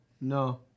No